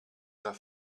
der